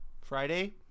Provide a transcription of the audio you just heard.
Friday